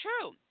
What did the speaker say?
true